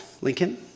Lincoln